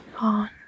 on